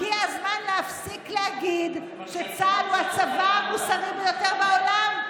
הגיע הזמן להפסיק להגיד שצה"ל הוא הצבא המוסרי ביותר בעולם,